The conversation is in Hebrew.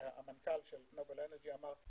המנכ"ל של נובל אנרג'י, אמר: